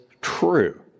true